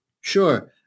Sure